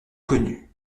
connue